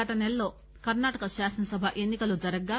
గత నెలలో కర్ణాటక శాసనసభ ఎన్నికలు జరగగా